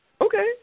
okay